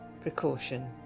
precaution